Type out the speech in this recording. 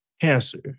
cancer